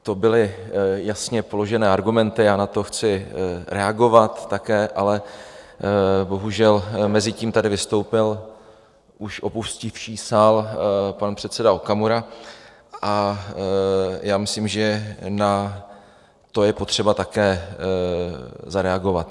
To byly jasně položené argumenty, já na to chci reagovat také, ale bohužel mezitím tady vystoupil už opustivší sál pan předseda Okamura a já myslím, že na to je potřeba také zareagovat.